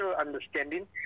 understanding